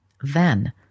Then